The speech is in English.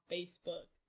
Facebook